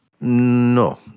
No